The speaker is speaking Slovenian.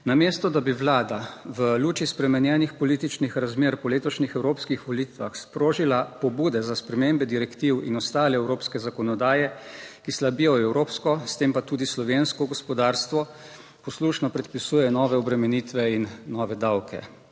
Namesto da bi Vlada v luči spremenjenih političnih razmer po letošnjih evropskih volitvah sprožila pobude za spremembe direktiv in ostale evropske zakonodaje, ki slabijo evropsko, s tem pa tudi slovensko gospodarstvo, poslušno predpisuje nove obremenitve in nove davke.